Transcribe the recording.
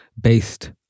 based